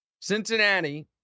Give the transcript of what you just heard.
Cincinnati